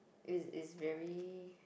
it's it's very